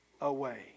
away